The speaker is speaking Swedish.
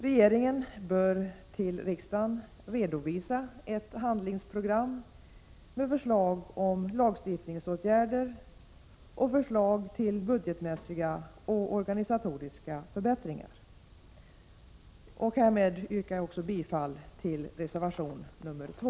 Regeringen bör till riksdagen redovisa ett handlingsprogram med förslag om lagstiftningsåtgärder och om budgetmässiga och organisatoriska förbättringar. Härmed yrkar jag bifall också till reservation nr 2.